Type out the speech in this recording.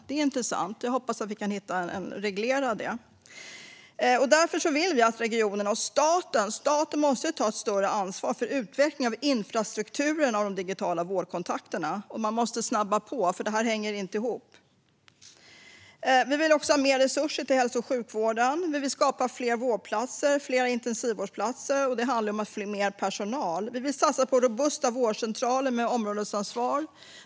Det är intressant. Jag hoppas att vi kan reglera det. Därför anser vi att regionerna och staten måste ta ett större ansvar för utveckling av infrastrukturen för de digitala vårdkontakterna. Man måste snabba på, för det här hänger inte ihop. Vi vill ha mer resurser till hälso och sjukvården. Vi vill skapa fler vårdplatser och fler intensivvårdsplatser. Det handlar om att få in mer personal. Vi vill satsa på robusta vårdcentraler med områdesansvar.